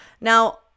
Now